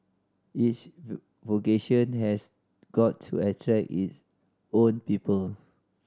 each vocation has got to attract its own people